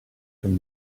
from